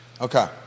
Okay